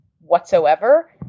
whatsoever